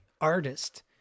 artist